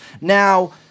Now